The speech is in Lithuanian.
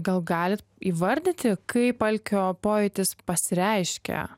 gal galit įvardyti kaip alkio pojūtis pasireiškia